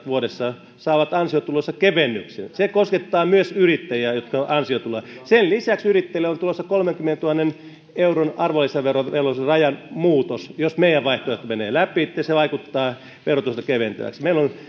vuodessa tienaavat saavat ansiotuloihinsa kevennyksen se koskettaa myös yrittäjiä jotka ovat ansiotulolla sen lisäksi yrittäjille on tulossa kolmenkymmenentuhannen euron arvonlisäverovelvollisuusrajan muutos jos meidän vaihtoehtomme menee läpi se vaikuttaa verotusta keventävästi